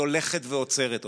היא הולכת ועוצרת אותו.